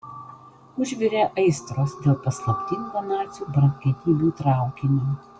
užvirė aistros dėl paslaptingo nacių brangenybių traukinio